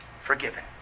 forgiven